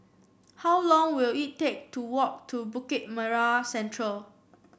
how long will it take to walk to Bukit Merah Central